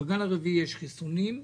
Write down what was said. בגל הרביעי יש חיסונים,